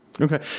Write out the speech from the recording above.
Okay